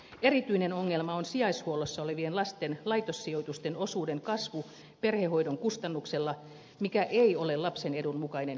erityinen ongelma on sijaishuollossa olevien lasten laitossijoitusten osuuden kasvu perhehoidon kustannuksella mikä ei ole lapsen edun mukainen kehityssuunta